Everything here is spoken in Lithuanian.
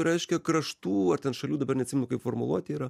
reiškia kraštų ar ten šalių dabar neatsimenu kaip formuluotė yra